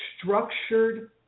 structured